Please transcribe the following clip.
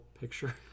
picture